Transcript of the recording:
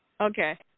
okay